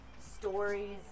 stories